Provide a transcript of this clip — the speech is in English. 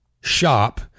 shop